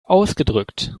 ausgedrückt